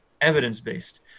evidence-based